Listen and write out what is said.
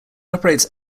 operates